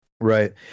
Right